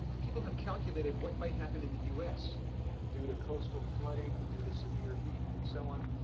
people have calculated what might happen in the us due to coastal flooding, due to severe heat, and so on.